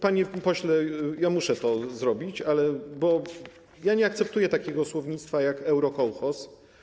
Panie pośle, muszę to zrobić, bo ja nie akceptuję takiego słownictwa jak eurokołchoz.